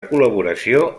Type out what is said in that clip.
col·laboració